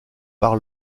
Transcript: par